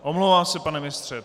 Omlouvám se, pane ministře.